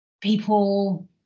people